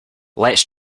lets